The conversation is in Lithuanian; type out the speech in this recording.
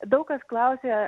daug kas klausia